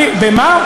במה?